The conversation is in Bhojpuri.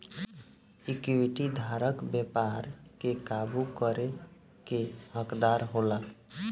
इक्विटी धारक व्यापार के काबू करे के हकदार होला